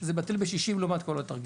זה בטל בשישים לעומת כל התרגיל.